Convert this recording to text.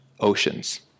oceans